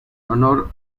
honor